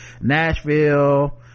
Nashville